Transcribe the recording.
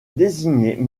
désignée